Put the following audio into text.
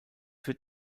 wird